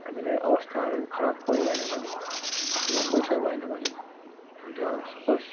हामीलाई अवस्थाहरू खराब परिहाल्यो भने आफ्नो पैसा भएन भने अनि त सपोज्ड